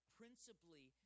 principally